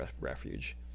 refuge